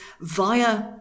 via